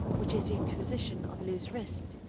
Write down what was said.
which is the acquisition of a loose wrist.